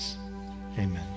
amen